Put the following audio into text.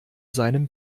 seinem